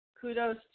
Kudos